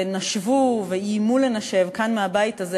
שנשבו ואיימו לנשב כאן מהבית הזה,